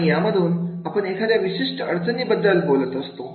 आणि यामधून आपण एखाद्या विशिष्ट अडचणी बद्दल बोलत असतो